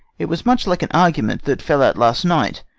it was much like an argument that fell out last night,